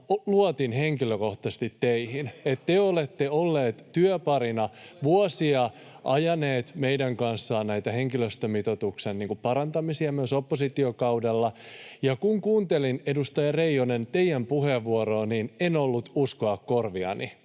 luetelkaa myös demarit!] Te olette olleet työparina vuosia, ajaneet meidän kanssamme näitä henkilöstömitoituksen parantamisia myös oppositiokaudella. Kun kuuntelin, edustaja Reijonen, teidän puheenvuoroanne, niin en ollut uskoa korviani,